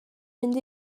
mynd